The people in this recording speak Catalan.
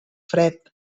fred